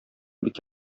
бик